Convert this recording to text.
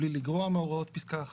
"בלי לגרוע מהוראות פסקה 1"